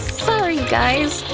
sorry, guys,